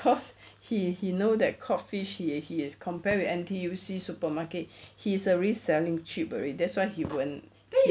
cause he he know that cod fish is is compared with N_T_U_C supermarket he's already selling cheap already that's why he won't